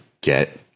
get